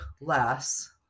less